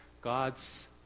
God's